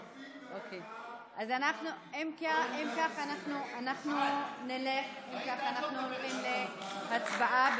אם כך, אנחנו עוברים להצבעה.